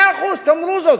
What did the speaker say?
מאה אחוז, תאמרו זאת.